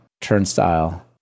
turnstile